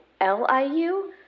L-I-U